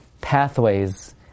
pathways